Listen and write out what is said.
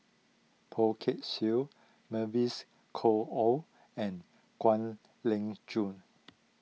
Poh Kay Swee Mavis Khoo Oei and Kwek Leng Joo